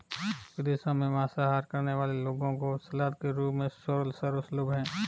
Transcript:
विदेशों में मांसाहार करने वाले लोगों को सलाद के रूप में सोरल सर्व सुलभ है